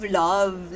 love